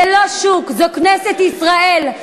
זה לא שוק, זו כנסת ישראל.